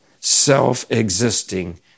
self-existing